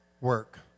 work